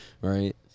Right